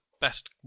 best